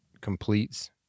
completes